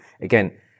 again